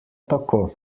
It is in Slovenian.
tako